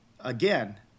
again